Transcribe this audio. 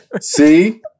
see